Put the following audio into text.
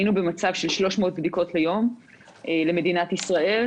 היינו במצב של 300 בדיקות ליום למדינת ישראל.